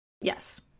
Yes